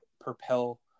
propel